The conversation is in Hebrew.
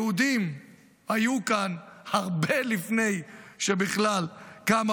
היהודים היו כאן הרבה לפני שבכלל קמה,